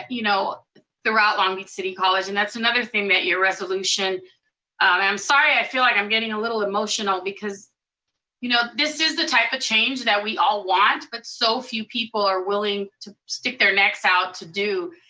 you know throughout long beach city college. and that's another thing that your resolution. and i'm sorry, i feel like i'm getting a little emotional, because you know this is the type of change that we all want, but so few people are willing to stick their necks out to do.